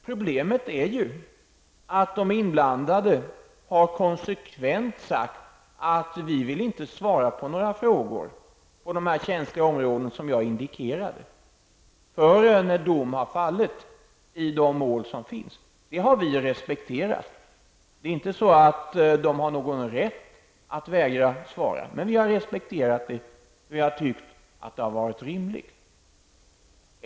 Problemet är ju att de inblandade konsekvent har sagt att de inte vill svara på några frågor på de här känsliga områdena, som jag indikerade, förrän dom har fallit i de mål som finns. Det har vi respekterat. De har inte någon rätt att vägra svara på frågor, men vi har respekterat detta, eftersom vi har tyckt att det varit rimligt.